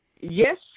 yes